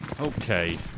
Okay